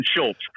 Schultz